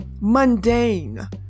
mundane